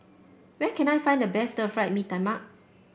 where can I find the best Stir Fried Mee Tai Mak